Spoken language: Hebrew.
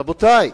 רבותי,